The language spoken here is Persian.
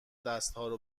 دستهارو